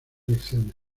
lecciones